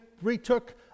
retook